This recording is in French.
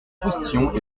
postillon